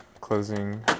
closing